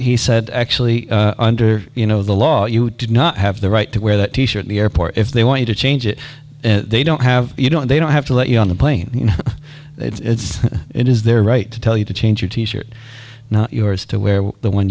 he said actually under you know the law you did not have the right to wear that t shirt at the airport if they want to change it they don't have you don't they don't have to let you on the plane you know it's it is their right to tell you to change your t shirt not yours to wear the one